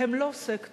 הם לא סקטור.